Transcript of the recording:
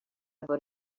about